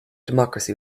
democracy